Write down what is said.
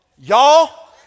Y'all